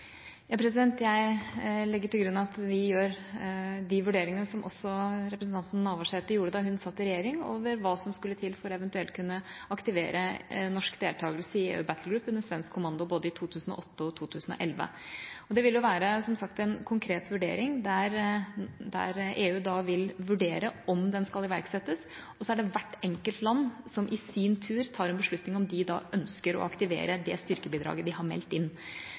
Jeg legger til grunn at vi gjør de vurderingene som også representanten Navarsete gjorde da hun satt i regjering, om hva som skulle til for eventuelt å kunne aktivere norsk deltakelse i EU Battle Group under svensk kommando i både 2008 og 2011. Det vil jo som sagt være en konkret vurdering, der EU vil vurdere om den skal iverksettes, og så er det hvert enkelt land som i sin tur tar en beslutning om de da ønsker å aktivere det styrkebidraget de har meldt inn.